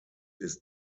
ist